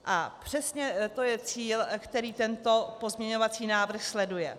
A přesně to je cíl, který tento pozměňovací návrh sleduje.